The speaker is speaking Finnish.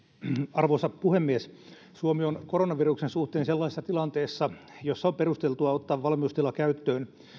arvoisa puhemies suomi on koronaviruksen suhteen sellaisessa tilanteessa jossa on perusteltua ottaa valmiustila käyttöön